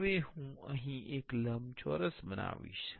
હવે હું અહીં એક લંબચોરસ બનાવીશ